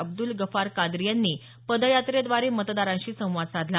अब्दुल गफार कादरी यांनी पदयात्रेद्वारे मतदारांशी संवाद साधला